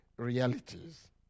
Realities